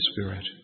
Spirit